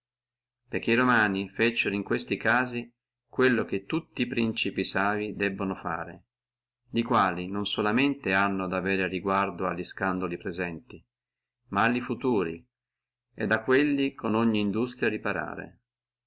perché e romani feciono in questi casi quello che tutti e principi savi debbono fare li quali non solamente hanno ad avere riguardo alli scandoli presenti ma a futuri et a quelli con ogni industria